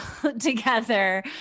together